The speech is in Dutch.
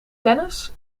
tennis